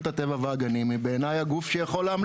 הטבע והגנים היא בעיניי הגוף שיכול להמליץ.